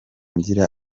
ngira